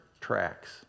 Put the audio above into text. tracks